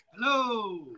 Hello